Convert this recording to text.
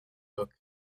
book